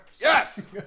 Yes